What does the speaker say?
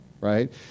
right